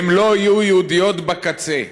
הן לא יהיו יהודיות בקצה";